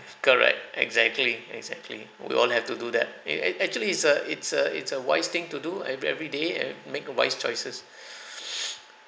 correct exactly exactly we all have to do that eh ac~ actually it's a it's a it's a wise thing to do every every day and make wise choices